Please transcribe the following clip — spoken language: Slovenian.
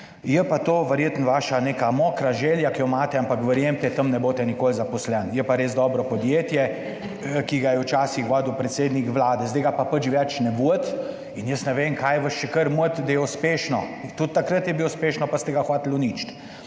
je pa to verjetno vaša neka mokra želja, ki jo imate, ampak verjemite, tam ne boste nikoli zaposlen, je pa res dobro podjetje, ki ga je včasih vodil predsednik Vlade, zdaj ga pa več ne vodi in jaz ne vem kaj vas še kar moti, da je uspešno in tudi takrat je bil uspešno, pa ste ga hoteli uničiti.